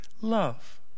love